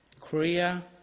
Korea